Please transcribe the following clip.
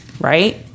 right